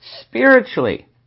spiritually